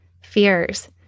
fears